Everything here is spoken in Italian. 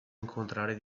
incontrare